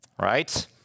Right